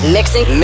Mixing